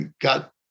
got